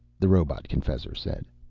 the robot-confessor said.